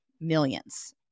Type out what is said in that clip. millions